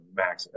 max